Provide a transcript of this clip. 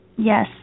Yes